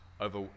over